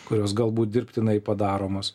kurios galbūt dirbtinai padaromos